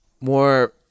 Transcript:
more